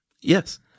Yes